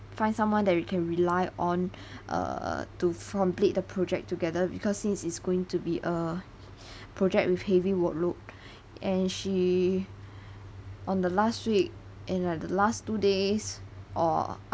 find someone that we can rely on err to complete the project together because since it's going to be a project with heavy workload and she on the last week and like the last two days or